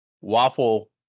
waffle